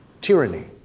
tyranny